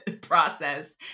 process